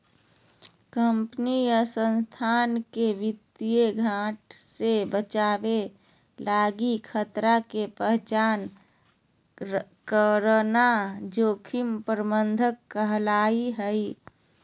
company या संस्थान के वित्तीय घाटे से बचावे लगी खतरा के पहचान करना जोखिम प्रबंधन कहला हय